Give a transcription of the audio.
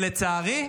לצערי,